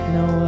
no